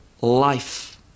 life